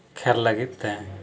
ᱠᱷᱮᱹᱞ ᱞᱟᱹᱜᱤᱫᱛᱮ